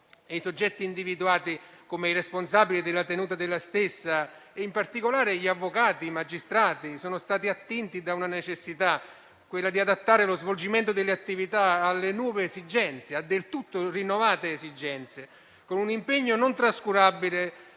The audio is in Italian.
I soggetti individuati come responsabili della tenuta dello stesso, in particolare gli avvocati e i magistrati, sono stati attinti da una necessità: quella di adattare lo svolgimento delle attività alle nuove esigenze, a del tutto rinnovate esigenze, con l'impegno non trascurabile